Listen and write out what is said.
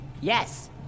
Yes